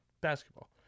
basketball